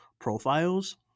profiles